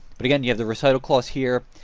but again, you have the recital clause here.